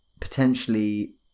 potentially